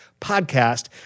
podcast